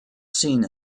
seen